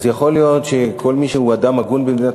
אז יכול להיות שכל מי שהוא אדם הגון במדינת